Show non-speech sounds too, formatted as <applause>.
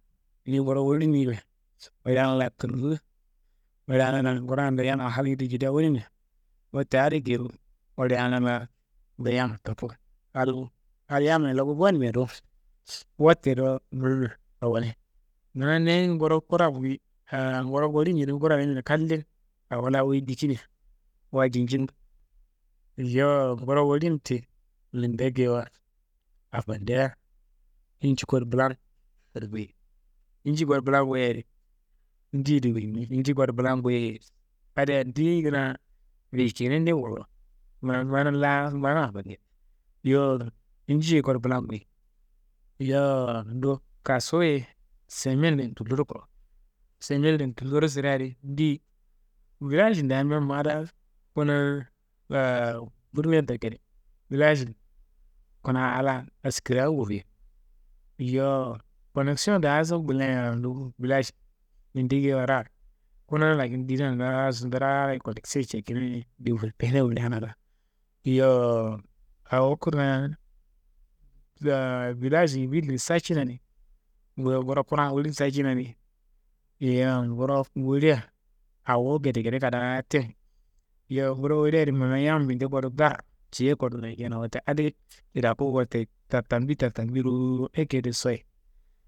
Ni nguro woli n yimia, woleana laa kirru, woleana laa nguran yam halngede jedia wunumia, wotte adi geiro woleana laa dayi yam toku hal, hal yammaye loku gonimia do, wote do <unintelligible> ma niyi nguro kura wuiyi nguro woli n cunum kuraro yimina kallin, awo la wiyi dikimia walji nji bo. Yowo nguro wollin ti, minde geiwa abandeá inji kodu blan kodu goyei, inji kodu blan goyei adi ndeyedi gullimi, inji kodu blan goyei adi, adi yendiyi kunaa veyikiyenende ngufuro, ma mana laa manaa. <unintelligible> Yowo, inji ye kodu blan goyei. Yowo ndu, kassu ye semenmen tulloro kurowo, semen tulloro sirea adi ndeyeyi? Vilajin damia ma daan kunaa«hesitation» burniyan toku gede, vilajin kunaa aa laa askraá ngufuye, yowo koneksion daaso ngulleia ndu vilajin minde ngeiwa raar, kunaa lakin ndina ngaaso ndaraaro ye koneksion cekina ye, developeyina woleana laa. Yowo awo kunaa,«hesitation» vilaji n villi n sacina adi, yowo nguro kura n wolli n sacina adi, yowo nguro wollia awo ngedengede kadaa te, yowo nguro wollia adi ma yam minde kodu dar ciyo kodu nanceina, wote adiyi cidaku wote, tatambi, tatambi dowo ekeyido soyi.